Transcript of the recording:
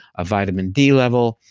of vitamin d level,